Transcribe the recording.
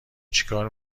چیکار